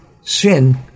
sin